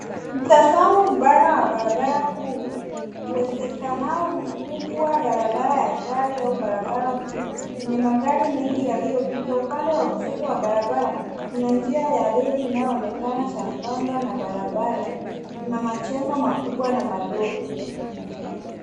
Mtazamo mpana wa barabara kuu, uwezekanao mkubwa barabara ya gari au barabara kuu yenye magari mengi yaliyopita. Upande wa kushoto wa barabara kuna njia ya reli inayoonekana sambamba na barabara. Kuna majengo makubwa na madogo.